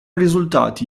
risultati